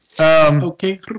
Okay